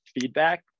feedback